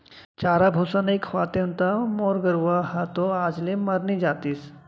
चारा भूसा नइ खवातेंव त मोर गरूवा ह तो आज ले मर नइ जातिस